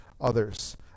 others